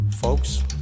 Folks